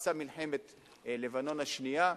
פרצה מלחמת לבנון השנייה,